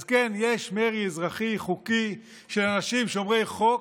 אז כן, יש מרי אזרחי חוקי של אנשים שומרי חוק,